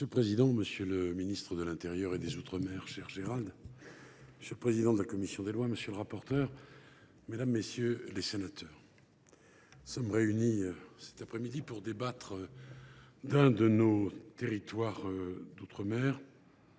Monsieur le président, monsieur le ministre de l’intérieur et des outre mer, cher Gérald, monsieur le président de la commission des lois, monsieur le rapporteur, mesdames, messieurs les sénateurs, nous sommes réunis pour débattre au sujet d’un de nos territoires d’outre mer